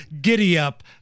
giddy-up